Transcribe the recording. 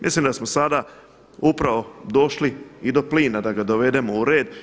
Mislim da smo sada upravo došli i do plina da ga dovedemo u red.